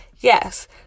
Yes